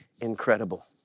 incredible